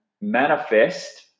manifest